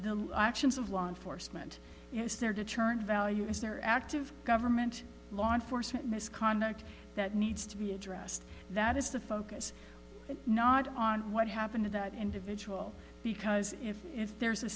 the actions of law enforcement yes there to turn value is there active government law enforcement misconduct that needs to be addressed that is the focus and not on what happened to that individual because if if there's a